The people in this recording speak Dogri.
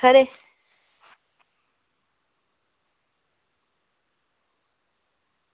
खरे